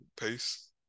pace